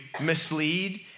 mislead